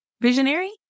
Visionary